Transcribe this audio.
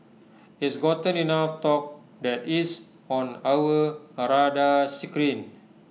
it's gotten enough talk that it's on our A radar screen